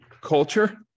culture